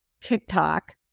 TikTok